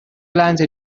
glance